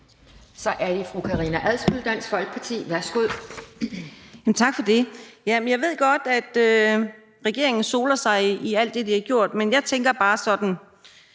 Så er det fru Karina Adsbøl, Dansk Folkeparti. Værsgo. Kl. 17:42 Karina Adsbøl (DF): Tak for det. Jeg ved godt, at regeringen soler sig i alt det, de har gjort, men jeg tænker bare, hvordan